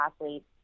athletes